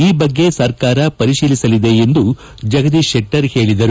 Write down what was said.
ಈ ಬಗ್ಗೆ ಸರ್ಕಾರ ಪರಿತೀಲಿಸಲಿದೆ ಎಂದು ಜಗದೀಶ್ ಶೆಟ್ಟರ್ ಹೇಳಿದರು